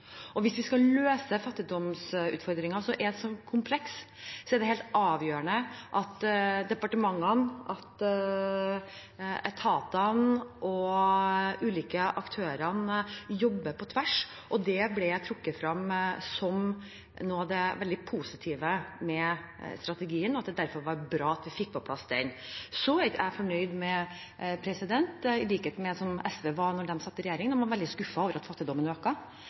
Og hvis vi skal løse fattigdomsutfordringene, som er så komplekse, er det helt avgjørende at departementene, etatene og de ulike aktørene jobber på tvers. Det ble trukket frem som det veldig positive med strategien, og at det derfor var bra at vi fikk den på plass. Men jeg er ikke fornøyd, i likhet med SV. Da de satt i regjering, var de veldig skuffet over at fattigdommen